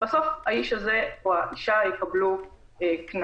בסוף האיש או האישה האלה יקבלו קנס.